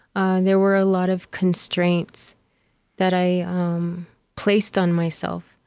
and there were a lot of constraints that i um placed on myself.